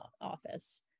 office